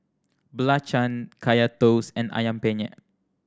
belacan Kaya Toast and Ayam Penyet